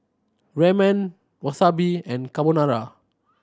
Ramen Wasabi and Carbonara